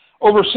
Over